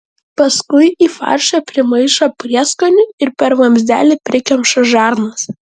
paskui į faršą primaišo prieskonių ir per vamzdelį prikemša žarnas